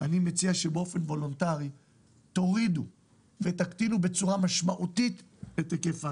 שבאופן וולונטרי תורידו ותקטינו בצורה משמעותית את היקף ההגרלות.